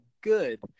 good